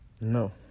No